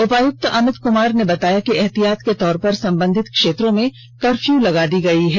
उपायुक्त अमित कुमार ने बताया कि एहतियात के तौर पर संबंधित क्षेत्रों में कर्फ्यू लगा दी गयी है